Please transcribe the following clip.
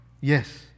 Yes